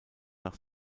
nach